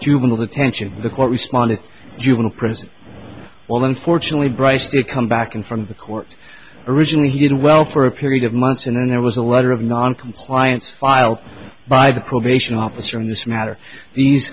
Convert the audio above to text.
juvenile detention the court responded juvenile prison well unfortunately bryce to come back in from the court originally he did well for a period of months and then there was a letter of noncompliance filed by the probation officer in this matter these